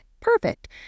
perfect